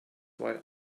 why